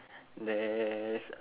there's